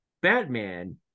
Batman